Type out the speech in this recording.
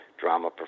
drama